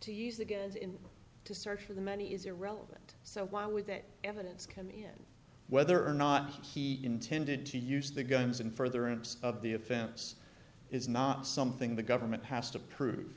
to use that goes in to search for the money is irrelevant so why would that evidence come in whether or not he intended to use the guns in furtherance of the offense is not something the government has to prove